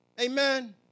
Amen